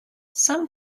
some